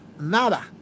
nada